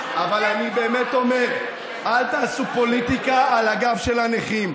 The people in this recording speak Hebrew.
אני באמת אומר, אל תעשו פוליטיקה על הגב של הנכים.